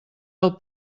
del